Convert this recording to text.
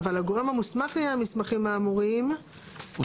אבל הגורם המוסמך מהמסמכים האמורים ---.